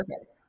Okay